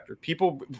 People